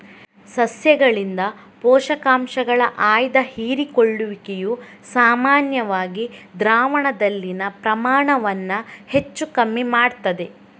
ಸಸ್ಯಗಳಿಂದ ಪೋಷಕಾಂಶಗಳ ಆಯ್ದ ಹೀರಿಕೊಳ್ಳುವಿಕೆಯು ಸಾಮಾನ್ಯವಾಗಿ ದ್ರಾವಣದಲ್ಲಿನ ಪ್ರಮಾಣವನ್ನ ಹೆಚ್ಚು ಕಮ್ಮಿ ಮಾಡ್ತದೆ